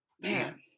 man